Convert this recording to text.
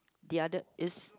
the other it's